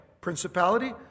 principality